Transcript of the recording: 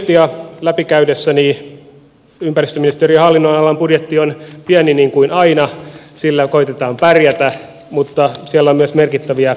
budjettia läpikäydessäni ympäristöministeriön hallinnonalan budjetti on pieni niin kuin aina sillä koetetaan pärjätä mutta siellä on myös merkittäviä lisäpanostuksia